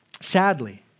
Sadly